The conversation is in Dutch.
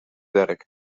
werk